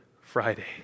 Friday